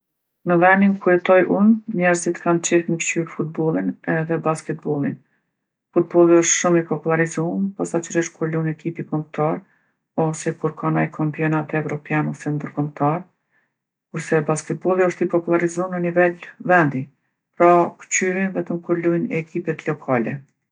Në venin ku jetoj unë njerzit kanë qejf me kqyr futbollin edhe basketbollin. Futbolli osht shumë i popullarizum, posaçërisht kur lun ekipi kombtar ose kur ka naj kampionat evropian ose ndërkombtar, kurse basketbolli osht i popullarizum në nivel vendi, pra kqyrin vetëm kur lujn ekipet lokale.